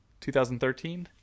2013